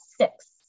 six